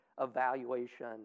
evaluation